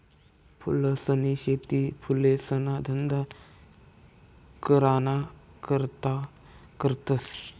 फूलसनी शेती फुलेसना धंदा कराना करता करतस